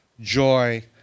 joy